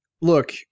look